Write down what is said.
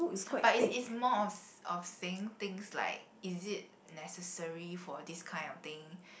but it's it's more of of saying things like is it necessary for this kind of thing